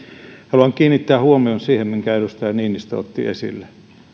haluan kiinnittää huomion siihen minkä edustaja niinistö otti esille